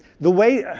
the way